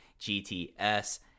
gts